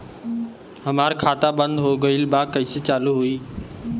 हमार खाता बंद हो गईल बा कैसे चालू होई?